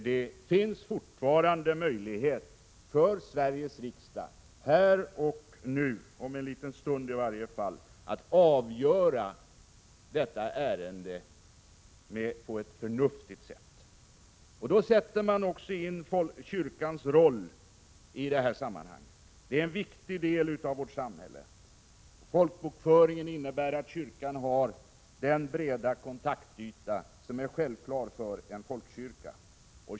Det finns fortfarande möjlighet för Sveriges riksdag att om en stund avgöra detta ärende på ett förnuftigt sätt. Då sätter man också in kyrkans roll i samhället. Kyrkan är en viktig del av vårt samhälle. Folkbokföringen ger kyrkan den breda kontaktyta som är självklar för en folkkyrka.